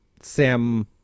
sam